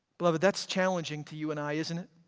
beloved that's challenging to you and i, isn't it?